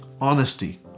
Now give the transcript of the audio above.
honesty